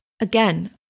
Again